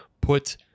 put